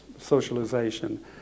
socialization